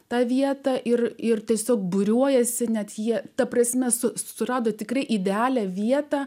tą vietą ir ir tiesiog būriuojasi net jie ta prasme su surado tikrai idealią vietą